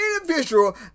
individual